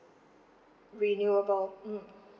renewable mm